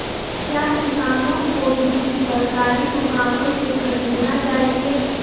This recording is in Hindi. क्या किसानों को बीज सरकारी दुकानों से खरीदना चाहिए?